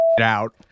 out